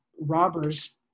robbers